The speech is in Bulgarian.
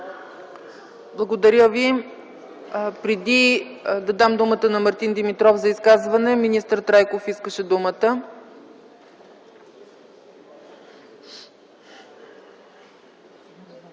Благодаря Ви. Преди да дам думата на Мартин Димитров за изказване, министър Трайков искаше думата.